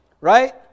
right